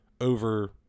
over